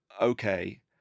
okay